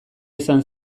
izan